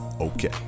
okay